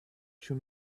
two